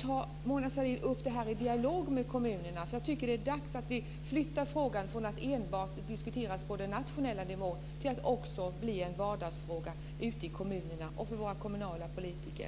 Tar Mona Sahlin upp det här i dialog med kommunerna? Jag tycker att det är dags att övergå från att enbart diskutera frågan på den nationella nivån till att också låta den bli en vardagsfråga ute i kommunerna och för våra kommunala politiker.